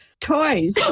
toys